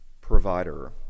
provider